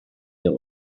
der